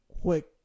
quick